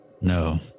No